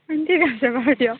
ঠিক আছে বাৰু দিয়ক